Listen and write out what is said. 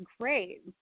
great